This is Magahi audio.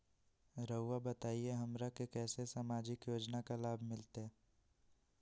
रहुआ बताइए हमरा के कैसे सामाजिक योजना का लाभ मिलते?